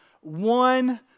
one